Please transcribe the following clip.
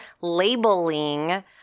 labeling